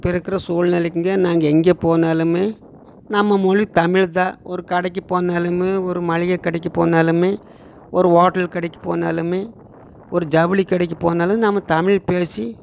இப்போ இருக்கிற சூழ்நிலைக்குங்க நாங்கள் எங்கே போனாலுமே நம்ம மொழி தமிழ்தான் ஒரு கடைக்கு போனாலுமே ஒரு மளிகை கடைக்கு போனாலுமே ஒரு ஹோட்டல் கடைக்கு போனாலுமே ஒரு ஜவுளி கடைக்கு போனாலும் நம்ம தமிழ் பேசி